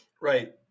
Right